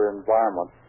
environment